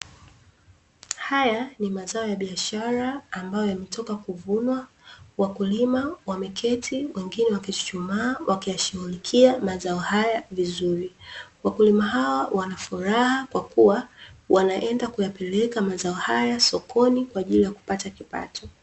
Haya ni mazao ya biashara ambayo yametoka kuvunwa. Wakulima wameketi wengine wakichuchumaa wakishugulikia mazao haya vizuri. Wakulima hao wanafuraha kwakua wanaenda kuyapeleka mazao haya sokoni kwa ajili ya kupata kipato.